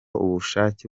ubushake